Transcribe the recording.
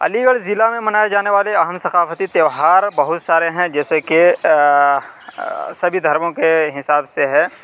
علی گڑھ ضلع میں منائے جانے والے اہم ثقافتی تہوار بہت سارے ہیں جیسے کہ سبھی دھرموں کے حساب سے ہے